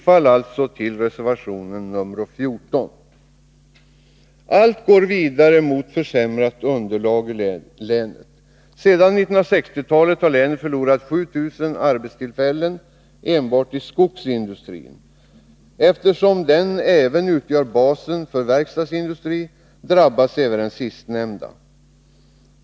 Jag yrkar bifall till reservation nr 14. Allt går vidare mot försämrat underlag i länet. Sedan 1960-talet har länet förlorat 7 000 arbetstillfällen enbart inom skogsindustrin. Eftersom denna också utgör basen för verkstadsindustrin drabbas även den sistnämnda.